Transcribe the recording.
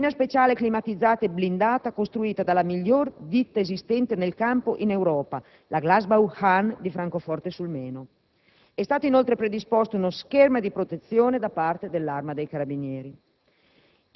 vetrina speciale climatizzata e blindata costruita dalla migliore ditta esistente nel campo in Europa, la Glasbau Hahn di Francoforte sul Meno; è stato inoltre predisposto uno schema di protezione da parte dell'Arma dei carabinieri.